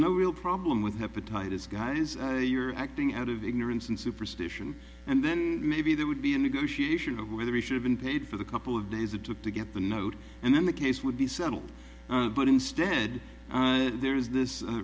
no real problem with hepatitis guy's you're acting out of ignorance and superstition and then maybe there would be a negotiation over whether he should have been paid for the couple of days it took to get the note and then the case would be settled but instead there is this